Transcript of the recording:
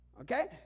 okay